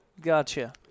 Gotcha